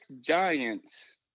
Giants